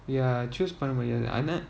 ya choose பண்ண முடியாது:panna mudiyaathu